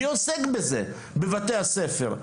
מי עוסק בזה בבתי הספר?